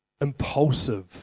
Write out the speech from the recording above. Impulsive